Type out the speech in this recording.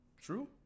True